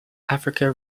africa